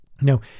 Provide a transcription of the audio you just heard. Now